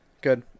Good